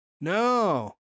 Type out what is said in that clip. No